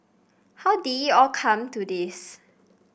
how did all come to this